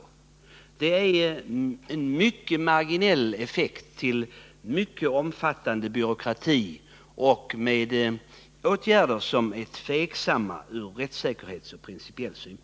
En sådan lag skulle få en mycket marginell effekt till priset av mycket omfattande byråkrati och skulle innehålla åtgärder som är tveksamma från rättssäkerhetssynpunkt och från principiell synpunkt.